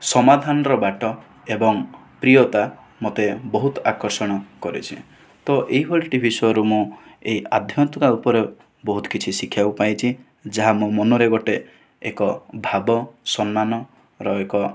ସମାଧାନର ବାଟ ଏବଂ ପ୍ରିୟତା ମୋତେ ବହୁତ ଆକର୍ଷଣ କରିଛି ତ ଏହିଭଳି ଟିଭି ଶୋରୁ ମୁଁ ଏହି ଆଧ୍ୟାତ୍ମିକ ଉପରେ ବହୁତ କିଛି ଶିଖିବାକୁ ପାଇଛି ଯାହା ମୋ' ମନରେ ଗୋଟିଏ ଏକ ଭାବ ସମ୍ମାନର ଏକ